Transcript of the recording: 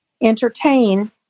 entertain